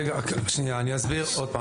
רגע, שנייה, אני אסביר עוד פעם.